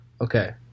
Okay